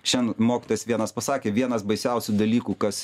šiandien mokytojas vienas pasakė vienas baisiausių dalykų kas